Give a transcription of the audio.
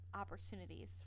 opportunities